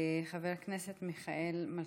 חבר הכנסת מיכאל מלכיאלי,